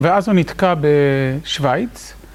ואז הוא נתקע בשוויץ.